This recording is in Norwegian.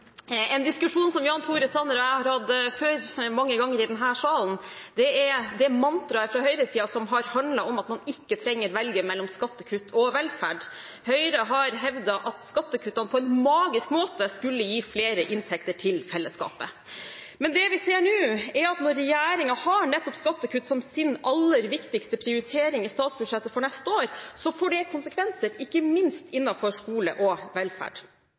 En diskusjon som Jan Tore Sanner og jeg har hatt mange ganger før i denne salen, er om det mantraet fra høyresiden som har handlet om at man ikke trenger å velge mellom skattekutt og velferd. Høyre har hevdet at skattekuttene på en magisk måte skulle gi flere inntekter til fellesskapet. Men det vi ser nå, er at når regjeringen har nettopp skattekutt som sin aller viktigste prioritering i statsbudsjettet for neste år, så får det konsekvenser, ikke minst innenfor skole og velferd.